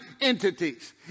entities